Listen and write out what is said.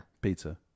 Pizza